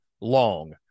long